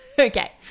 Okay